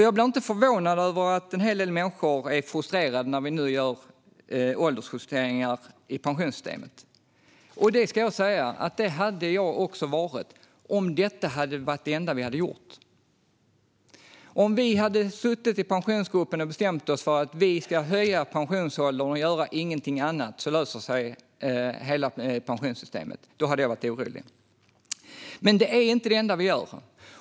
Jag blir inte förvånad över att en hel del människor blir frustrerade när vi nu gör åldersjusteringar i pensionssystemet. Det hade jag också blivit om detta var det enda vi gjorde. Om vi i Pensionsgruppen hade bestämt oss för att höja pensionsåldern och ingenting annat och trott att allt med pensionssystemet hade löst sig av det skulle jag också ha blivit orolig. Men detta är inte det enda vi gör.